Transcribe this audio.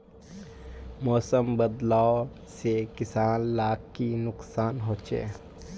मौसम बदलाव से किसान लाक की नुकसान होचे?